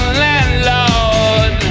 landlord